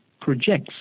projects